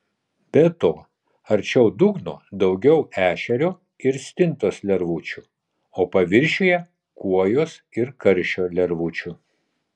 be to arčiau dugno daugiau ešerio ir stintos lervučių o paviršiuje kuojos ir karšio lervučių